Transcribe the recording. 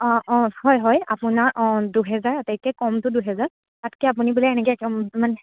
অঁ অঁ হয় হয় আপোনাৰ অঁ দুহেজাৰ আটাইতকৈ কমটো দুহেজাৰ তাতকৈ আপুনি বোলে এনেকৈ মানে